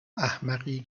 احمقی